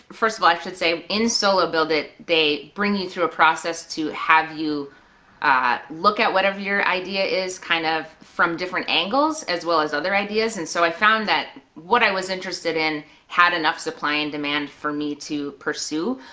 first of all i should say in solo build it! they bring you through a process to have you look at whatever your idea is kind of from different angles as well as other ideas, and so i found that what i was interested in had enough supply and demand for me to pursue.